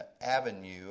avenue